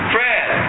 Fred